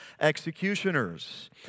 executioners